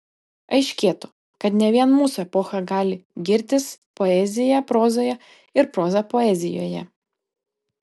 aiškėtų kad ne vien mūsų epocha gali girtis poezija prozoje ir proza poezijoje